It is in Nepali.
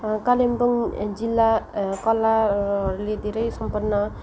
कालिम्पोङ जिल्ला कलाहरूले धेरै सम्पन्न